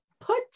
put